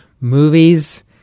movies